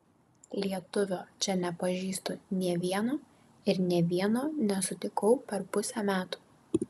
lietuvio čia nepažįstu nė vieno ir nė vieno nesutikau per pusę metų